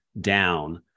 down